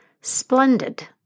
splendid